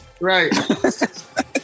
right